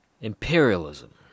Imperialism